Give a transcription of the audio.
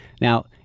now